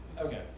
Okay